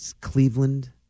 Cleveland